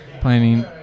planning